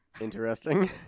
Interesting